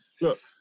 Look